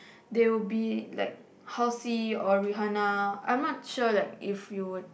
they'll be like Halsey or Rihanna I'm not sure like if you would